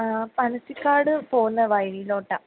അ പനച്ചിക്കാട് പോകുന്ന വഴിയിലോട്ടാണ്